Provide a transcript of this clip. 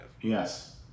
Yes